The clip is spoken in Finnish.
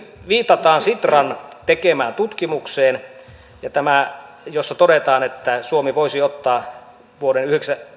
viitataan sitran tekemään tutkimukseen jossa todetaan että suomi voisi ottaa vuoden